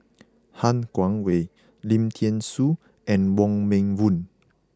Han Guangwei Lim Thean Soo and Wong Meng Voon